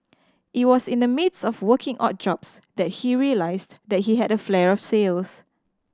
it was in the midst of working odd jobs that he realised that he had a flair sales